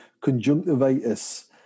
conjunctivitis